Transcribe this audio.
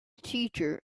teacher